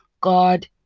God